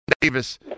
Davis